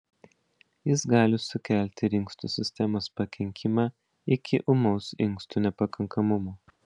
jis gali sukelti ir inkstų sistemos pakenkimą iki ūmaus inkstų nepakankamumo